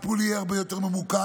הטיפול יהיה הרבה יותר ממוקד.